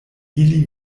ili